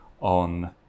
on